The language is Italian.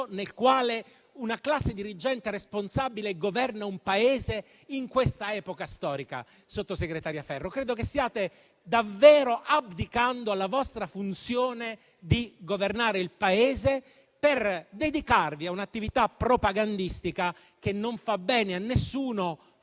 per una classe dirigente responsabile di governare un Paese in questa epoca storica. Credo che stiate davvero abdicando alla vostra funzione di governare il Paese per dedicarvi a un'attività propagandistica che non fa bene a nessuno: